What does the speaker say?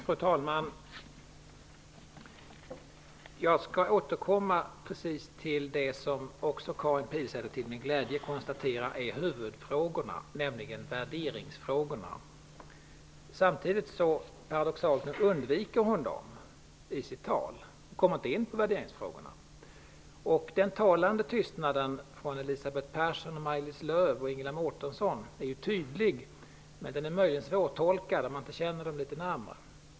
Fru talman! Jag skall återkomma till det som Karin Pilsäter till min glädje konstaterar är huvudfrågorna, nämligen värderingsfrågorna. Samtidigt undviker hon paradoxalt nog dem i sitt tal. Hon kommer inte in på värderingsfrågorna. Maj-Lis Lööw och Ingela Mårtensson är tydlig, men möjligen svårtolkad om man inte känner dem litet närmare.